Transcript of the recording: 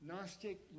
Gnostic